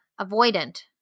avoidant